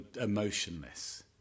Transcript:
emotionless